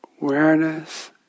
Awareness